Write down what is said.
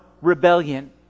rebellion